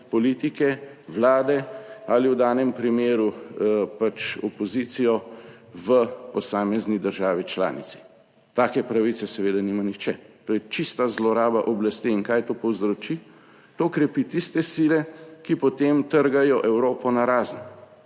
politike, Vlade ali v danem primeru pač opozicijo v posamezni državi članici. Take pravice seveda nima nihče. To je čista zloraba oblasti. Kaj to povzroči? To krepi tiste sile, ki potem trgajo Evropo narazen.